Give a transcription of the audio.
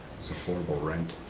it's affordable rent.